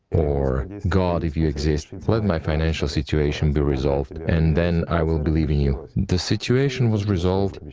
or, god, if you exist, let my financial situation be resolved, and then i will believe in you. the situation was resolved,